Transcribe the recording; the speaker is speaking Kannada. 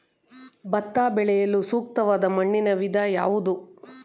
ಭತ್ತ ಬೆಳೆಯಲು ಸೂಕ್ತವಾದ ಮಣ್ಣಿನ ವಿಧ ಯಾವುದು?